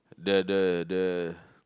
the the the